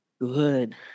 Good